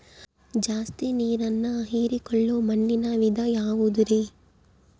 ಜಾಸ್ತಿ ನೇರನ್ನ ಹೇರಿಕೊಳ್ಳೊ ಮಣ್ಣಿನ ವಿಧ ಯಾವುದುರಿ?